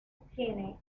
keane